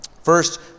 First